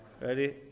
ready